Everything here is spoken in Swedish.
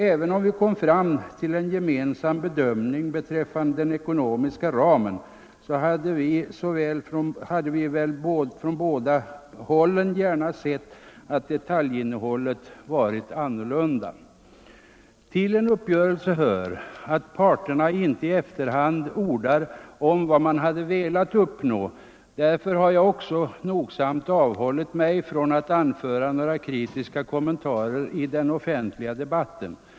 Även om vi kom fram till en gemensam bedömning när det gällde den ekonomiska ramen, hade vi väl från båda hållen gärna sett att detaljinnehållet varit ett annat. Till en uppgörelse hör att parterna inte i efterhand ordar om vad man hade velat uppnå. Därför har jag också nogsamt avhållit mig från att göra några kritiska kommentarer om uppgörelsen i den offentliga debatten.